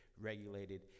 regulated